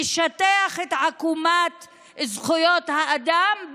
לשטח אך את עקומת זכויות האדם,